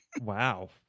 Wow